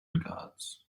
guards